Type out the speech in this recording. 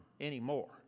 anymore